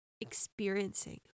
experiencing